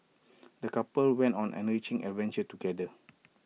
the couple went on an enriching adventure together